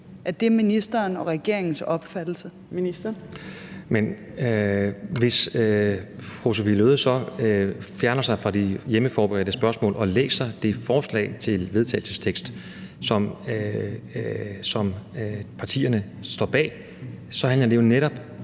ældreministeren (Magnus Heunicke): Hvis nu fru Sophie Løhde fjerner sig fra de hjemmeforberedte spørgsmål og læser det forslag til vedtagelse, som partierne står bag, så handler det jo netop